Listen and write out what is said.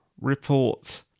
report